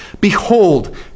behold